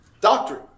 doctrine